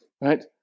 right